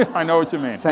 i know what you mean,